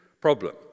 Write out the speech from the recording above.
problem